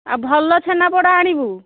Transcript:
ଆଉ ଭଲ ଛେନାପୋଡ଼ ଆଣିବୁ